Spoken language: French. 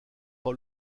pas